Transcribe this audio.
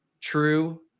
True